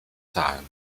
zahlen